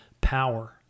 power